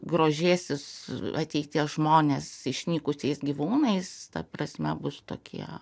grožėsis ateities žmonės išnykusiais gyvūnais ta prasme bus tokie